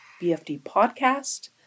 BFDpodcast